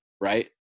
right